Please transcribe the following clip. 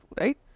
right